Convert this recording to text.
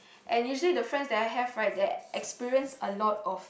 and usually the friends that I have right that experience a lot of